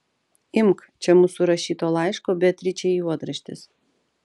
imk čia mūsų rašyto laiško beatričei juodraštis